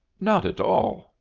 not at all.